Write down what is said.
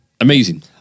Amazing